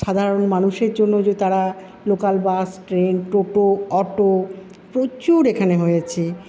সাধারণ মানুষের জন্য যে তারা লোকাল বাস ট্রেন টোটো অটো প্রচুর এখানে হয়েছে